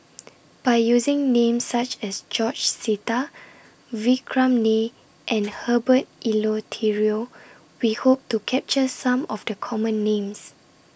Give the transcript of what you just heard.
By using Names such as George Sita Vikram Nair and Herbert Eleuterio We Hope to capture Some of The Common Names